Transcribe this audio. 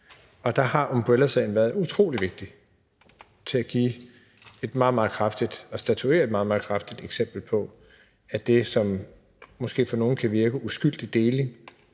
og der har umbrellasagen været utrolig vigtig til at statuere et meget, meget tydeligt eksempel på, at det, som måske for nogle kan virke som en uskyldig deling,